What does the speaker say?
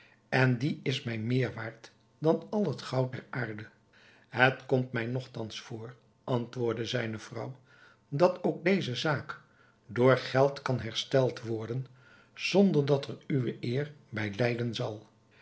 en die is mij meer waard dan al het goud der aarde het komt mij nogthans voor antwoordde zijne vrouw dat ook deze zaak door geld kan hersteld worden zonder dat er uwe eer bij lijden zal